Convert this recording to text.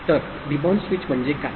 तर debounce switch म्हणजे काय